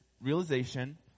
realization